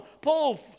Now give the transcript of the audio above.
Paul